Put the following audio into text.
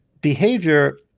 behavior